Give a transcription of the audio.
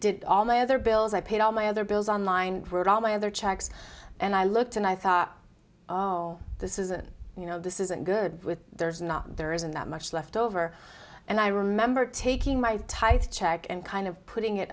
did all my other bills i paid all my other bills online wrote all my other checks and i looked and i thought this isn't you know this isn't good with there's not there isn't that much left over and i remember taking my tight check and kind of putting it